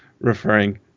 referring